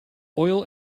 oil